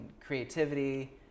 creativity